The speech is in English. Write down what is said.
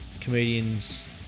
comedians